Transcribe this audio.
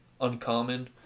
uncommon